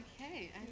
okay